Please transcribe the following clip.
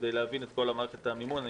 כדי להבין את כל מערכת המימון,